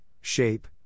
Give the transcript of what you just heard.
shape